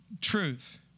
truth